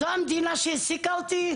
זו המדינה שהעסיקה אותי?